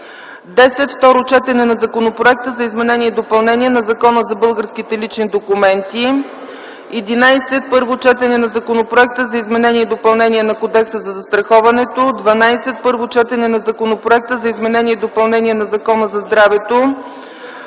10. Второ четене на законопроекта за изменение и допълнение на Закона за българските лични документи. 11. Първо четене на законопроекта за изменение и допълнение на Кодекса за застраховането. 12. Първо четене на законопроекта за изменение и допълнение на Закона за здравето.